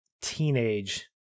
teenage